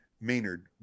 maynard